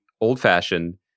old-fashioned